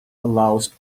allows